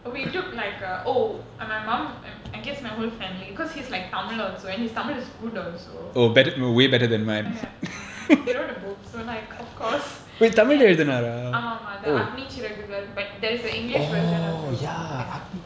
we took like a oh and my mom and I guess my whole family cause he's like tamil also and his tamil is good also ya he wrote a book so like of course and ஆமாஆமாஅக்னிச்சிறகுகள்:aama aama aknichirakukal but there is an english version also ya